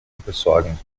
versorgen